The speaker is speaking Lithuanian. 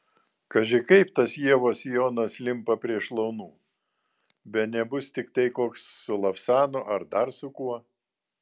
kaži kaip tas ievos sijonas limpa prie šlaunų bene bus tiktai koks su lavsanu ar dar su kuo